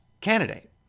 candidate